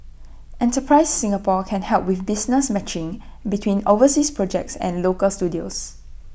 enterprise Singapore can help with business matching between overseas projects and local studios